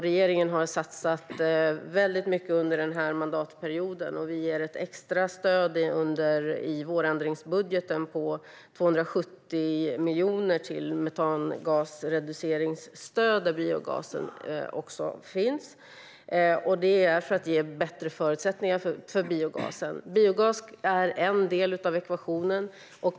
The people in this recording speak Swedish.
Regeringen har satsat väldigt mycket under den här mandatperioden, och vi ger ett extra stöd i vårändringsbudgeten på 270 miljoner till metangasreduceringsstöd, där biogasen också finns med. Det gör vi för att ge biogasen bättre förutsättningar. Biogas är en del av ekvationen.